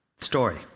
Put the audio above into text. Story